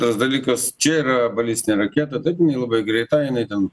tas dalykas čia yra balistinė raketa taip jinai labai greita jinai ten